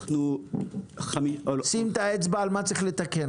אנחנו --- שים את האצבע על מה צריך לתקן.